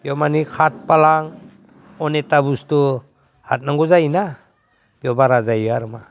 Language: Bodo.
बेयाव माने अनेखथा बुस्थु हरनांगौ जायोना इयाव बारा जायो आरो मा